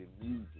music